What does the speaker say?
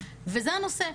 וזה הנושא.